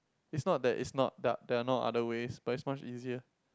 it's not that it's not that there are no other ways but it's much easier